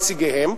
נציגיהם.